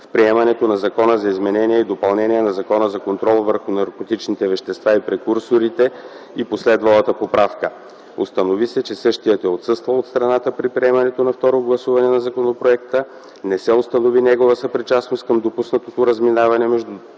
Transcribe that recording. в приемането на Закона за изменение и допълнение на Закона за контрол върху наркотичните вещества и прекурсорите и последвалата поправка. Установи се, че същият е отсъствал от страната при приемането на второ гласуване на законопроекта. Не се установи негова съпричастност към допуснатото разминаване между